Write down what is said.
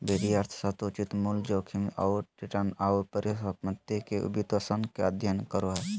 वित्तीय अर्थशास्त्र उचित मूल्य, जोखिम आऊ रिटर्न, आऊ परिसम्पत्ति के वित्तपोषण के अध्ययन करो हइ